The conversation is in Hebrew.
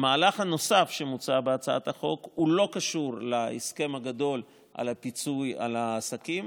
המהלך הנוסף שמוצע בהצעת החוק לא קשור להסכם הגדול של הפיצוי על העסקים,